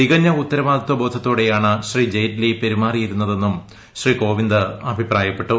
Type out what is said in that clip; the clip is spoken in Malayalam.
തികഞ്ഞ ഉത്തരവാദിത്ത ബോധത്തോടെയാണ് ശ്രീ ജയ്റ്റ്ലി പെരുമാറിയിരുന്നതെന്നും ശ്രീ കോവിന്ദ് അഭിപ്രായപ്പെട്ടു